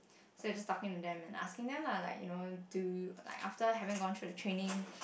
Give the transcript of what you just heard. so we were just talking to them and asking them lah like you know do like after having gone through the training